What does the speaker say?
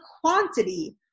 quantity